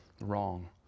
wrong